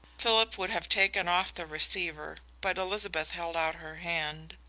philip would have taken off the receiver, but elizabeth held out her hand.